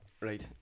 right